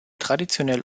traditionell